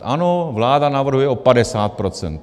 Ano, vláda navrhuje o 50 %.